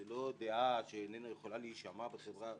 זו לא דעה שלא יכולה להישמע בחברה דמוקרטית.